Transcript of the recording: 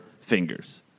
fingers